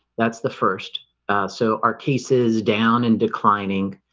that's the first so our case is down and declining